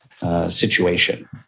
situation